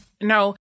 No